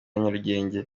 nyarugenge